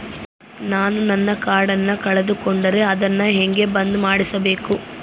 ನಾನು ನನ್ನ ಕಾರ್ಡನ್ನ ಕಳೆದುಕೊಂಡರೆ ಅದನ್ನ ಹೆಂಗ ಬಂದ್ ಮಾಡಿಸಬೇಕು?